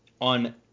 on